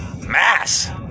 mass